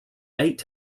eight